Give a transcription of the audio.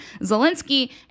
Zelensky